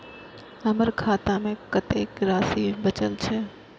हमर खाता में कतेक राशि बचल छे?